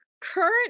current